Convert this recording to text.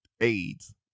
AIDS